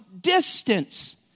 distance